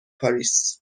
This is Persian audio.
پاریس